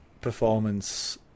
performance